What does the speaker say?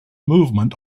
movement